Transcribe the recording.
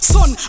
Son